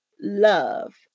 love